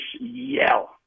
yell